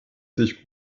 sich